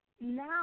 now